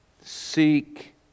seek